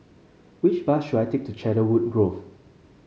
which bus should I take to Cedarwood Grove